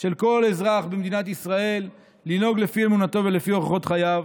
של כל אזרח במדינת ישראל לנהוג לפי אמונתו ולפי אורחות חייו.